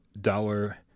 dollar